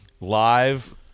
live